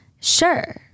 Sure